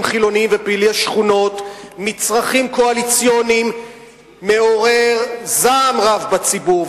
חילונים ופעילי שכונות מצרכים קואליציוניים מעוררים זעם רב בציבור,